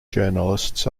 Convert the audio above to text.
journalists